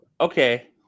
okay